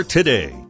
Today